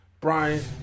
Brian